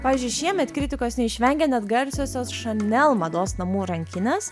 pavyzdžiui šiemet kritikos neišvengė net garsiosios chanel mados namų rankinės